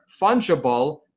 fungible